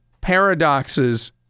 paradoxes